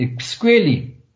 squarely